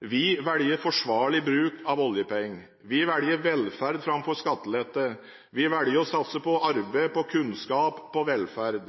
Vi velger forsvarlig bruk av oljepengene. Vi velger velferd framfor skattelette. Vi velger å satse på arbeid, på kunnskap, på velferd.